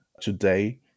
today